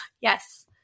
yes